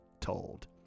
told